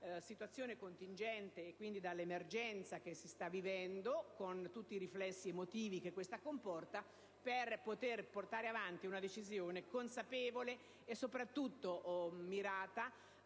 situazione contingente e quindi dall'emergenza che si sta vivendo, con tutti i riflessi emotivi che comporta, se vogliamo portare avanti una decisione consapevole, e soprattutto mirata